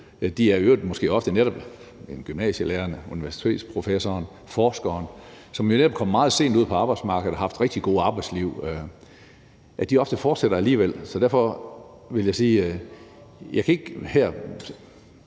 måske ofte gymnasielærerne, universitetsprofessorerne og forskerne, som netop er kommet meget sent ud på arbejdsmarkedet og har haft rigtig gode arbejdsliv, og de fortsætter ofte alligevel. Så derfor kan jeg ikke sige andet her,